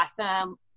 awesome